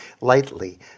lightly